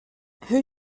who